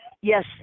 Yes